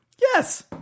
Yes